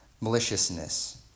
maliciousness